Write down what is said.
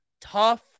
tough